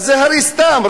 זה הרי סתם.